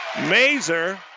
Mazer